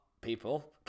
people